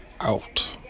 Out